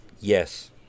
Yes